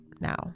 now